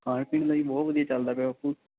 ਖਾਣ ਪੀਣ ਲਈ ਬਹੁਤ ਵਧੀਆ ਚੱਲਦਾ ਪਿਆ ਬਾਪੂ